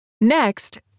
Next